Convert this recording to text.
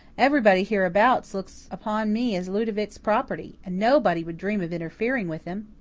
everybody hereabouts looks upon me as ludovic's property and nobody would dream of interfering with him.